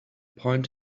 point